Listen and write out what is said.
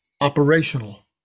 operational